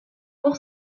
pour